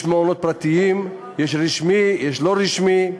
יש מעונות פרטיים, יש רשמי, יש לא רשמי,